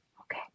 Okay